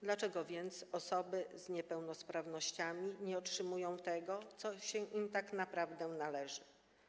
Dlaczego więc osoby z niepełnosprawnościami nie otrzymują tego, co się im tak naprawdę należy?